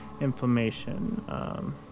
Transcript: inflammation